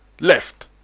left